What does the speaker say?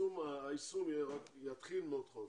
היישום יתחיל מעוד חודש.